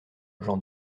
j’en